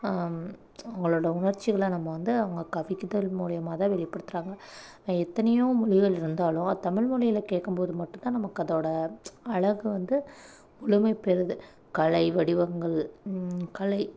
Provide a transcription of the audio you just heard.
அவங்களோட உணர்ச்சிகளை நம்ம வந்து அவங்க கவிதைகள் மூலியமாகதான் வெளிப்படுத்துகிறாங்க எத்தனையோ மொழிகள் இருந்தாலும் தமிழ் மொழியில கேட்கும் போது மட்டும்தான் நமக்கு அதோடய அழகு வந்து முழுமை பெறுது கலை வடிவங்கள் கலை